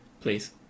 please